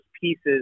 pieces